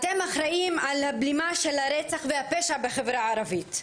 אתם אחראים על הבלימה של הרצח והפשע בחברה הערבית,